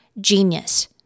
genius